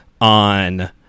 on